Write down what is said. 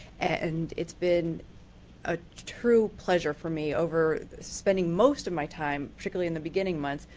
and it's been a true pleasure for me over spending most of my time, particularly in the beginning months,